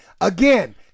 again